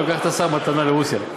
היה לוקח את השר מתנה לרוסיה.